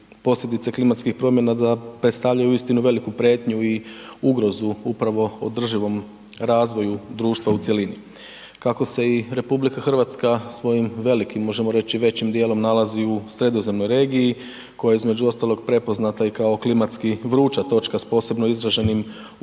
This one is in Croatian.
da predstavljaju uistinu veliku prijetnju i ugrozu upravo održivom razvoju društva u cjelini. Kako se i RH svojim velikim, možemo reći većim dijelom nalazi u sredozemnoj regiji koja je između ostalog prepoznata i kao klimatski vruća točka s posebno izraženim utjecajima